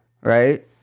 right